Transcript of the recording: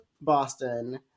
Boston